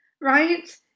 right